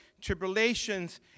tribulations